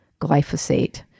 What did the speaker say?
glyphosate